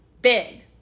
big